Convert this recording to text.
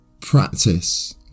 practice